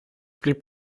blieb